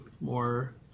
more